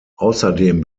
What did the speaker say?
außerdem